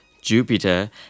Jupiter